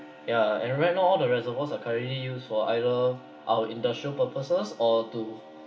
yeah and right now all the reservoirs are currently used for either our industrial purposes or to